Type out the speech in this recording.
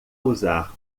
usar